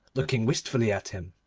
looking wistfully at him.